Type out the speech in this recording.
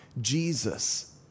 Jesus